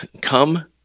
Come